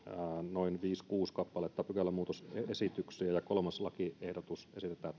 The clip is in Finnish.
noin viisi kuusi kappaletta pykälämuutosesityksiä ja kolmas lakiehdotus